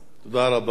תודה רבה.